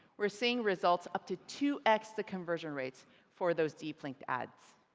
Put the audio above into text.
we're seeing results up to two x the conversion rates for those deep linked ads.